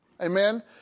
Amen